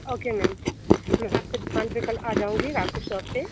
okay ma'am मैं आपके दुकान पर कल आ जाऊँगी आपके शॉप पर